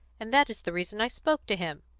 and that is the reason i spoke to him.